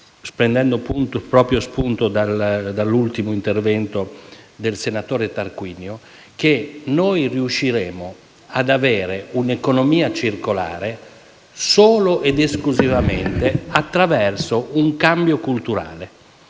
Prendendo spunto dall'ultimo intervento svolto dal senatore Tarquinio, credo che noi riusciremo ad avere un'economia circolare solo ed esclusivamente attraverso un cambio culturale.